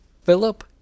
Philip